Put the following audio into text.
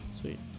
Sweet